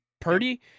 Purdy